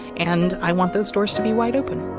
and i want those doors to be wide open